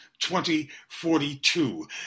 2042